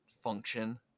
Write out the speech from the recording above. function